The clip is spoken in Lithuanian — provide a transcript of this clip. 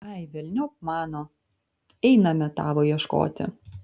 ai velniop mano einame tavo ieškoti